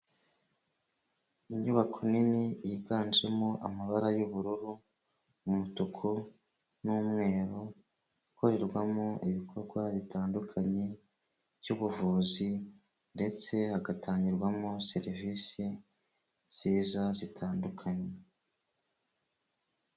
Inyubako nini yiganjemo amabara y'ubururu, umutuku n'umweru ikorerwamo ibikorwa bitandukanye by'ubuvuzi ndetse hagatangirwamo serivisi nziza zitandukanye.